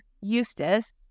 Eustace